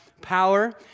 power